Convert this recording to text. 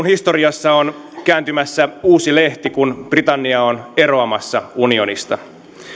historiassa on kääntymässä uusi lehti kun britannia on eroamassa unionista